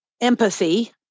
empathy